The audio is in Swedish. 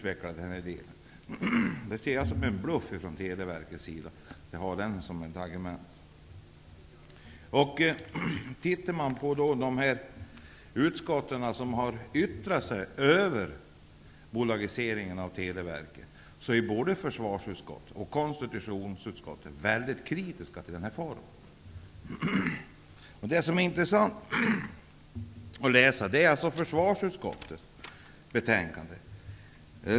Jag anser att det är en bluff från Televerkets sida att ha det som ett argument. Om vi tittar på de utskott som har yttrat sig över bolagiseringen av Televerket är både försvarsutskottet och konstitutionsutskottet mycket kritiska till den här formen. Det är intressant att läsa försvarsutskottets yttrande.